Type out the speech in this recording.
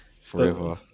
Forever